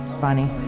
Funny